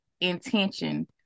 intention